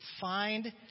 Find